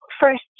first